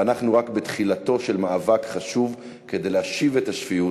ואנחנו רק בתחילתו של מאבק חשוב כדי להשיב את השפיות,